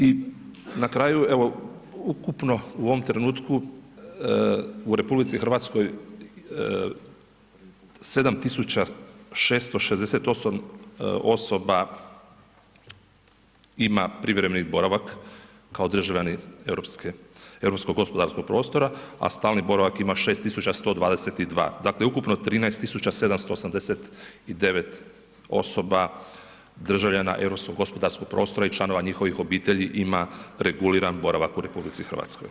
I na kraju evo ukupno u ovom trenutku u RH 7.668 osoba ima privremeni boravak kao državljani Europskog gospodarskog prostora, a stalni boravak ima 6.122 dakle ukupno 13.789 osoba državljana Europskog gospodarskog prostora i članova njihovih obitelji ima reguliran boravak u RH.